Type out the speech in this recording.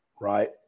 Right